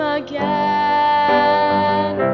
again